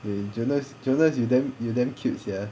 okay jonas jonas you damn you damn cute sia